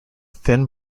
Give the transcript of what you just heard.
thin